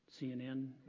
CNN